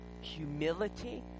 humility